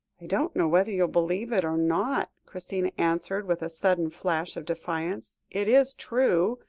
i don't know whether you will believe it or not, christina answered, with a sudden flash of defiance, it is true.